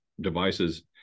devices